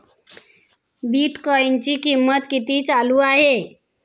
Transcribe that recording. बिटकॉइनचे कीमत किती चालू आहे